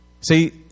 See